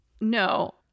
No